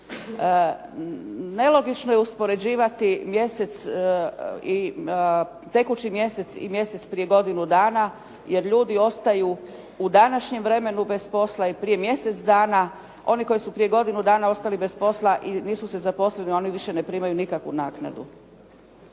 Nelogično je uspoređivati tekući mjesec i mjesec prije godinu dana, jer ljudi ostaju u današnjem vremenu bez posla i prije mjesec dana. Oni koji su prije godinu dana ostali bez posla i nisu se zaposlili oni ne primaju više nikakvu naknadu.